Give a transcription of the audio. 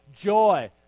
joy